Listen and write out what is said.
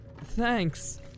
Thanks